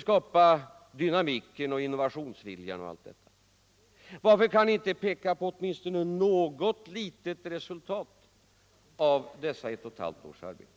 skapa dynamik och öka innovationsviljan etc. Varför kan ni då inte nu peka på åtminstone något litet resultat av ett och ett halvt års arbete?